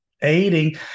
aiding